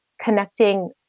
connecting